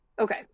Okay